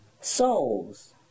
souls